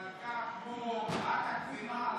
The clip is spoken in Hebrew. מלכה כמו, לעומת,